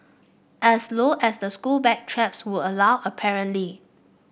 as low as the school bag straps would allow apparently